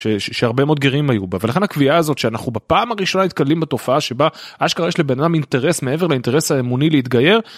שהרבה מאוד גרים היו בה ולכן הקביעה הזאת שאנחנו בפעם הראשונה נתקללים בתופעה שבה אשכרה יש לבינם אינטרס מעבר לאינטרס האמוני להתגייר.